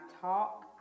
talk